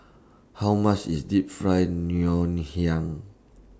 How much IS Deep Fried Ngoh Hiang